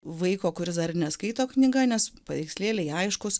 vaiko kuris dar neskaito knyga nes paveikslėliai aiškūs